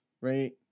Right